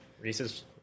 Reese's